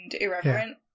irreverent